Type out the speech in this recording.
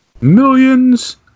Millions